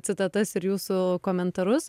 citatas ir jūsų komentarus